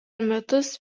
metus